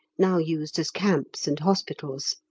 now used as camps and hospitals.